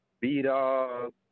B-Dog